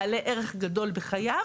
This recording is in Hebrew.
בעלי ערך גדול בחייו